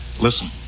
Listen